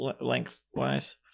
Lengthwise